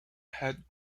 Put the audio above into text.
had